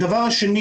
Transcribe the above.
הדבר השני